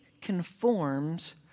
conforms